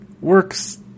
work's